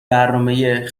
برنامه